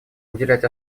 уделять